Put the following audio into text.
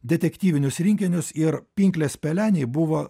detektyvinius rinkinius ir pinklės pelenei buvo